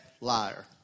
liar